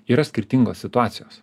yra skirtingos situacijos